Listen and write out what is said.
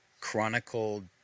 chronicled